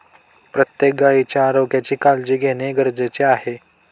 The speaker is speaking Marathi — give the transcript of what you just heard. प्रत्येक गायीच्या आरोग्याची काळजी घेणे गरजेचे आहे